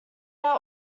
are